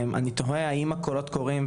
הכיוון הראשון אני תוהה האם הקולות קוראים,